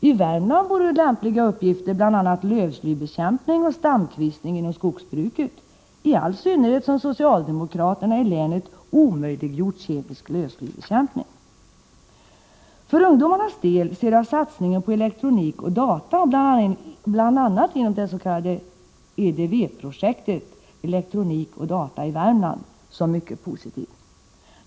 I Värmland vore lämpliga uppgifter bl.a. lövslybekämpning och stamkvistning inom skogsbruket, i all synnerhet som socialdemokraterna i länet omöjliggjort kemisk lövslybekämpning. För ungdomarnas del ser jag satsningen på elektronik och data bl.a. inom det s.k. EDV-projektet — elektronik och data i Värmland — som mycket positiv.